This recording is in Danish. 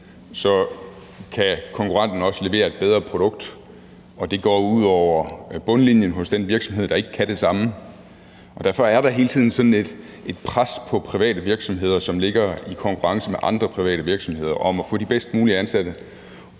kan konkurrenten også levere et bedre produkt, og det går ud over bundlinjen hos den virksomhed, der ikke kan det samme. Derfor er der hele tiden sådan et pres på private virksomheder, som ligger i konkurrence med andre private virksomheder, om at få de bedst mulige ansatte